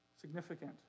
significant